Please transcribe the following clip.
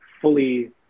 fully